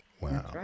Wow